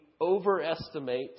overestimate